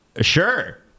Sure